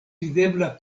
videbla